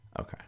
Okay